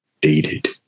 dated